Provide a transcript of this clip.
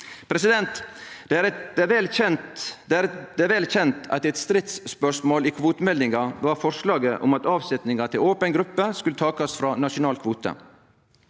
nullvisjonen Det er vel kjent at eit stridsspørsmål i kvotemeldinga var forslaget om at avsetninga til open gruppe skulle takast frå nasjonal kvote.